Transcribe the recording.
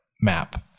map